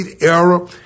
era